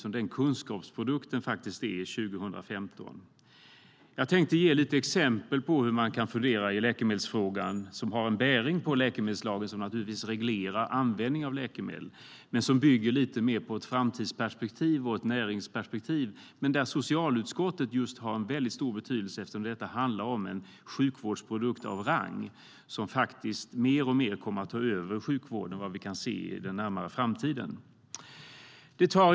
Vi ser det som den kunskapsprodukt det faktiskt är 2015. Låt mig ge lite exempel på hur man kan fundera i läkemedelsfrågan, som har en bäring på läkemedelslagen som givetvis reglerar användning av läkemedel, som bygger lite mer på ett framtidsperspektiv och ett näringsperspektiv. Här har socialutskottet en stor betydelse eftersom det handlar om en sjukvårdsprodukt av rang, som mer och mer, efter vad vi kan se, kommer att ta över sjukvården i en nära framtid. Herr talman!